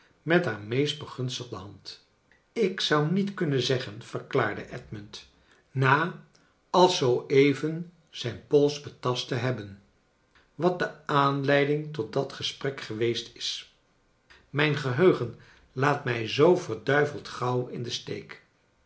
met haar meest begunstigde hand ik zou niet kunnen zeggen verklaarde edmund na als zoo even zijn pols betast te hebben wat de aanleiding tot dat gesprek geweest is mijn geheugen laat mij zoo verduiveld gauw in den steek